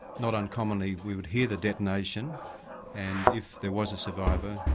not uncommonly we would hear the detonation and if there was a survivor,